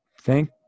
thank